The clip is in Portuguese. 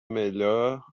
melhor